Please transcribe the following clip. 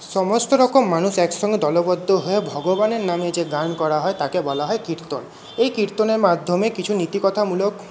সমস্ত রকম মানুষ একসঙ্গে দলবদ্ধ হয়ে ভগবানের নামে যে গান করা হয় তাকে বলা হয় কীর্তন এই কীর্তনের মাধ্যমে কিছু নীতিকথামূলক